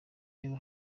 reba